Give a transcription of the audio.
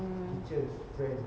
mm